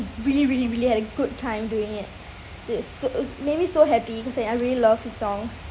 really really really had a good time doing it so it made me so happy because I I really love the songs